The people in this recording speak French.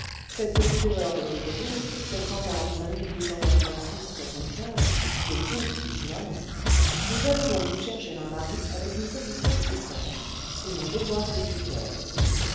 cette petite erreur de l'antre jour le prouve suffisamment a mancheville nous allons doue vous chercher un mari avec une position toute faite c'est mon devoir de tuteur